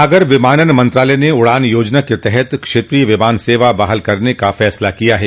नागर विमानन मंत्रालय ने उड़ान योजना के तहत क्षेत्रीय विमान सेवा बहाल करने का निर्णय लिया है